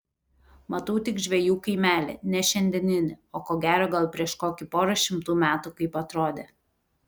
matau tik žvejų kaimelį ne šiandieninį o ko gero gal prieš kokį porą šimtų metų kaip atrodė